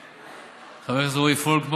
ידידי חבר הכנסת רועי פולקמן.